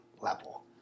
level